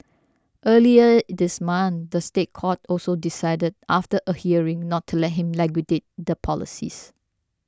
earlier this month the State Court also decided after a hearing not to let him liquidate the policies